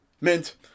mint